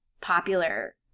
popular